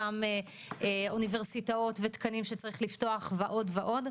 אותן אוניברסיטאות ותקנים שצריך לפתוח ועוד ועוד.